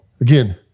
Again